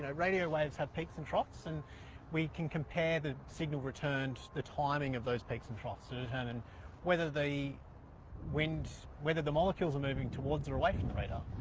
ah radio waves have peaks and troughs, and we can compare the signal returns the timing of those peaks and troughs to determine and whether the wind. whether the molecules are moving towards or away from the radar.